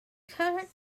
current